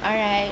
alright